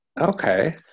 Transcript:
Okay